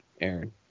Aaron